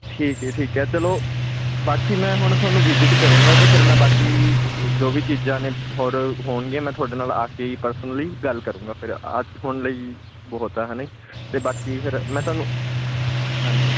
ਠੀਕ ਹੈ ਠੀਕ ਹੈ ਚਲੋ ਬਾਕੀ ਮੈਂ ਹੁਣ ਤੁਹਾਨੂੰ ਵਿਜਿਟ ਕਰੂੰਗਾ ਅਤੇ ਫਿਰ ਮੈਂ ਬਾਕੀ ਅ ਵ ਜੋ ਵੀ ਚੀਜ਼ਾਂ ਨੇ ਹੋਰ ਹੋਣਗੀਆਂ ਮੈਂ ਤੁਹਾਡੇ ਨਾਲ ਆਕੇ ਹੀ ਪਰਸਨਲੀ ਗੱਲ ਕਰੂੰਗਾ ਫਿਰ ਅੱਜ ਹੁਣ ਲਈ ਬਹੁਤ ਆ ਹੈ ਨਾ ਜੀ ਅਤੇ ਬਾਕੀ ਫਿਰ ਮੈਂ ਤੁਹਾਨੂੰ ਹਾਂਜੀ